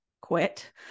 quit